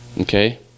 Okay